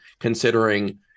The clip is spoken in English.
considering